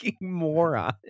moron